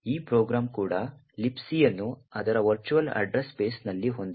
ಈ ಪ್ರೋಗ್ರಾಂ ಕೂಡ Libc ಅನ್ನು ಅದರ ವರ್ಚುವಲ್ ಅಡ್ರೆಸ್ ಸ್ಪೇಸ್ ನಲ್ಲಿ ಹೊಂದಿದೆ